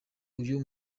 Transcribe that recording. uyu